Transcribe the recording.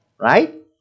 right